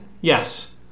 yes